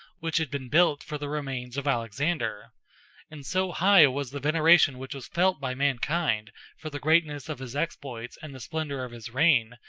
which had been built for the remains of alexander and so high was the veneration which was felt by mankind for the greatness of his exploits and the splendor of his reign,